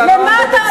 מועיל.